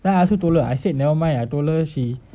then I ask you told her I said never mind lah told her she keep